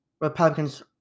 Republicans